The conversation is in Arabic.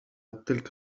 تلك